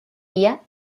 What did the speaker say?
día